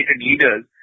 leaders